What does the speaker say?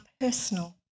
personal